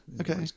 Okay